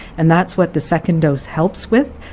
and that's what the second dose helps with,